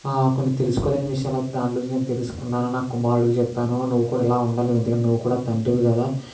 కొన్ని తెలుసుకోలేని విషయాలు అయితే దాని గురించి నేను తెలుసుకున్నాను నా కుమారుడుకి చెప్పాను నువ్వు కూడా ఇలా ఉండాలి ఎందుకంటే నువ్వు కూడా తండ్రివి కదా